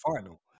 final